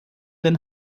den